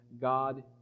God